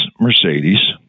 Mercedes